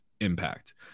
impact